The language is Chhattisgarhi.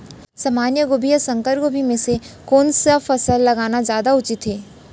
सामान्य गोभी या संकर गोभी म से कोन स फसल लगाना जादा उचित हे?